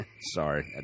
Sorry